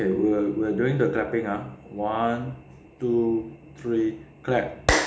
okay we are doing the clapping ah one two three clap